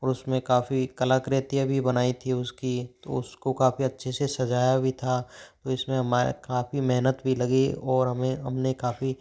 ओर उसमें काफ़ी कलाकृतियाँ भी बनाई थी उसकी तो उसको काफ़ी अच्छे से सजाया भी था तो इसमें हमारा काफ़ी मेहनत भी लगी और हमें हमने काफ़ी